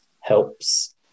helps